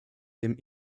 dem